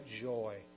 joy